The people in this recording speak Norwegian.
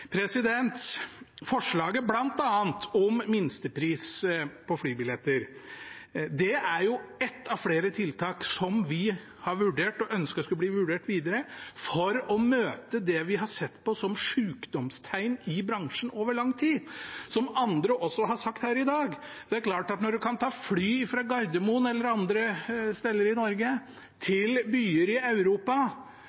Forslaget bl.a. om minstepris på flybilletter er ett av flere tiltak vi har vurdert og ønsker skal bli vurdert videre for å møte det vi har sett på som sykdomstegn i bransjen over lang tid, noe andre også har nevnt her i dag. Det er klart at når man kan ta fly fra Gardermoen eller andre steder i Norge